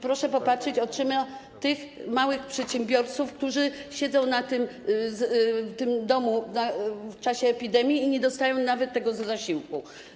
Proszę popatrzeć oczyma tych małych przedsiębiorców, którzy siedzą w tym domu w czasie epidemii i nie dostają nawet tego zasiłku.